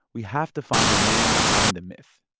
we have to find the man behind the myth